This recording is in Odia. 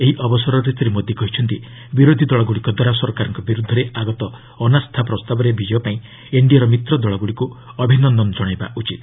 ଏହି ଅବସରରେ ଶ୍ରୀ ମୋଦି କହିଛନ୍ତି ବିରୋଧୀଦଳଗୁଡ଼ିକ ଦ୍ୱାରା ସରକାରଙ୍କ ବିରୁଦ୍ଧରେ ଆଗତ ଅନାସ୍ଥା ପ୍ରସ୍ତାବରେ ବିଜୟ ପାଇଁ ଏନ୍ଡିଏର ମିତ୍ର ଦଳଗୁଡ଼ିକୁ ଅଭିନନ୍ଦନ ଜଣାଇବା ଉଚିତ